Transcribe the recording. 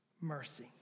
mercy